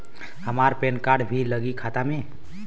हमार PAN card भी लगी खाता में?